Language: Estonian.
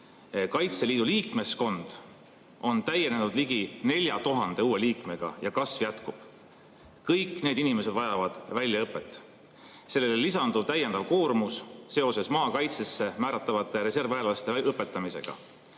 Kaitseliidu liikmeskond on täienenud ligi 4000 uue liikmega ja kasv jätkub. Kõik need inimesed vajavad väljaõpet. Sellele lisandub täiendav koormus seoses maakaitsesse määratavate reservväelaste õpetamisega.